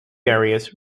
barriers